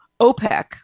OPEC